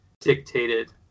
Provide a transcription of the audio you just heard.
dictated